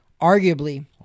arguably